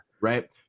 right